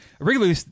regularly